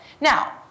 Now